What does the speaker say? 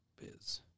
Biz